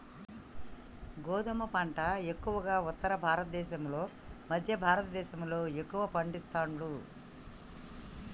గోధుమ పంట ఎక్కువగా ఉత్తర భారత దేశం లో మధ్య భారత దేశం లో ఎక్కువ పండిస్తాండ్లు